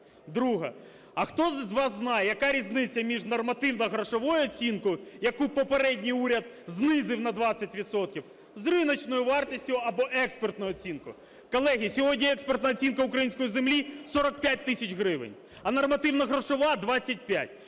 Друге. А хто з вас знає, яка різниця між нормативно-грошовою оцінкою, яку попередній уряд знизив на 20 відсотків, з риночною вартістю або експертною оцінкою? Колеги, сьогодні експертна оцінка української землі – 45 тисяч гривень. А нормативно-грошова – 25.